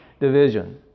division